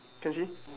can see